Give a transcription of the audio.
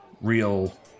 real